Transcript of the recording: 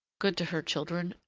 good to her children,